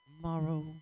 tomorrow